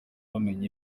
bamenya